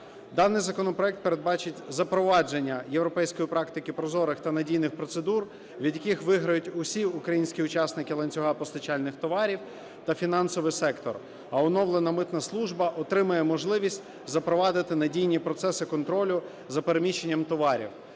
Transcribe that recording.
Даний законопроект передбачить запровадження європейської практики прозорих та надійних процедур, від яких виграють усі українські учасники ланцюга постачання товарів та фінансовий сектор, а оновлена митна служба отримає можливість запровадити надійні процеси контролю за переміщенням товарів.